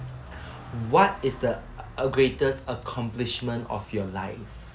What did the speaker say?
what is the uh greatest accomplishment of your life